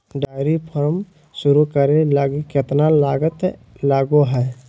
dairy farm शुरू करे लगी केतना लागत लगो हइ